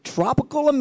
Tropical